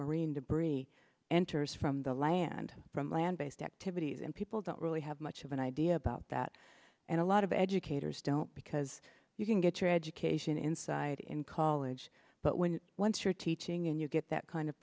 marine debris enters from the land from land based activities and people don't really have much of an idea about that and a lot of educators don't because you can get your education inside in college but when once you're teaching and you get that kind of